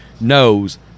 knows